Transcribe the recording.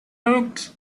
looked